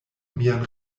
mian